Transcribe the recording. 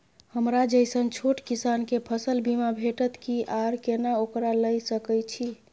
हमरा जैसन छोट किसान के फसल बीमा भेटत कि आर केना ओकरा लैय सकैय छि?